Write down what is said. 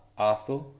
Arthur